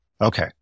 Okay